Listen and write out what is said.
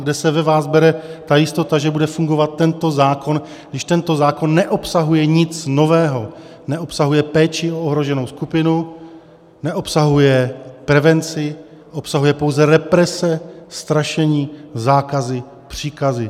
Kde se ve vás bere ta jistota, že bude fungovat tento zákon, když tento zákon neobsahuje nic nového, neobsahuje péči o ohroženou skupinu, neobsahuje prevenci, obsahuje pouze represe, strašení, zákazy, příkazy?